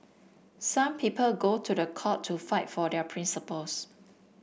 some people go to the court to fight for their principles